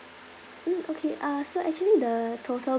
mm okay uh so actually the total